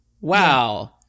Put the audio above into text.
Wow